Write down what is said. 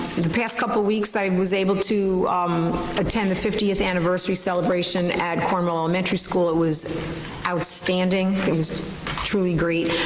the past couple weeks i was able to attend the fiftieth anniversary celebration at cornwall elementary school. it was outstanding, it was truly great.